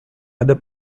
other